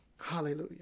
Hallelujah